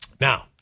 Now